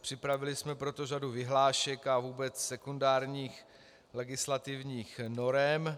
Připravili jsme proto řadu vyhlášek a vůbec sekundárních legislativních norem.